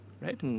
Right